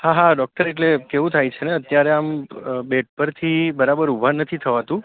હા હા ડૉક્ટર એટલે કેવું થાય છે ને અત્યારે આમ બેડ પરથી બરાબર ઊભા નથી થવાતું